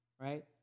Right